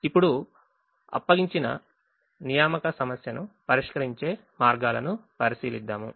ఇప్పుడు అప్పగించిన assignment problem ను పరిష్కరించే మార్గాలను పరిశీలిద్దాము